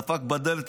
דפק בדלת,